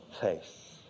faith